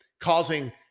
causing